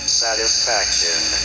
satisfaction